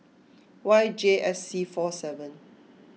Y J S C four seven